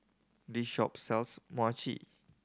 this shop sells Mochi